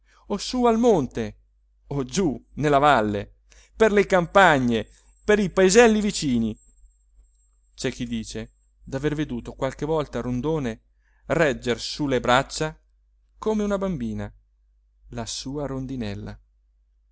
o su al monte o giù nella valle per le campagne per i paeselli vicini c'è chi dice d'aver veduto qualche volta rondone regger su le braccia come una bambina la sua rondinella